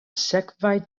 sekvaj